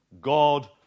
God